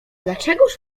dlaczegóż